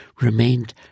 remained